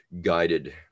guided